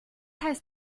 heißt